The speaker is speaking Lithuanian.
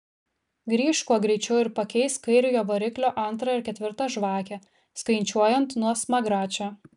grįžk kuo greičiau ir pakeisk kairiojo variklio antrą ir ketvirtą žvakę skaičiuojant nuo smagračio